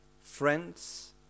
friends